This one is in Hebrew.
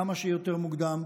כמה שיותר מוקדם,